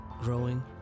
growing